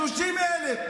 30,000,